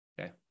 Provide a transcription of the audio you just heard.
Okay